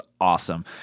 awesome